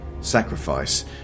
sacrifice